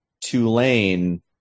Tulane